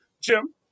Jim